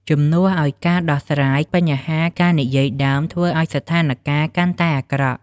ជំនួសឲ្យការដោះស្រាយបញ្ហា ការនិយាយដើមធ្វើឲ្យស្ថានការណ៍កាន់តែអាក្រក់។